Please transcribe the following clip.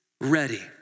ready